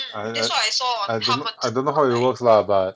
I I don't know I don't know how it works lah but